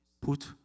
put